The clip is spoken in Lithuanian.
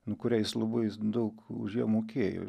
nu kurią jis labai daug už ją mokėjo